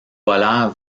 volèrent